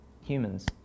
humans